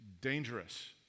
dangerous